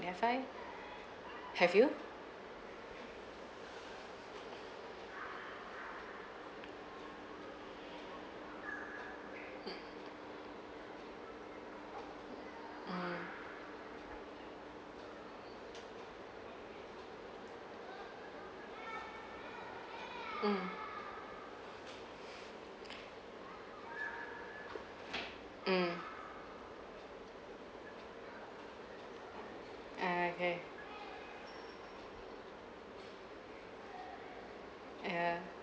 have I have you mm mmhmm mm mm okay yeah